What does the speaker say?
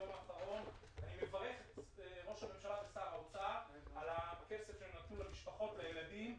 ואני מברך את ראש הממשלה ושר האוצר על הכסף שהם נתנו למשפחות ולילדים.